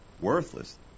worthless